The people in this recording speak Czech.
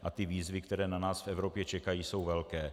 A ty výzvy, které na nás v Evropě čekají, jsou velké.